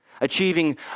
achieving